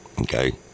okay